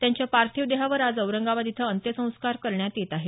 त्यांच्या पार्थिव देहावर आज औरंगाबाद इथं अंत्यसंस्कार करण्यात येत आहेत